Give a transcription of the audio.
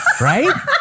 Right